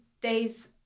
days